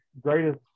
greatest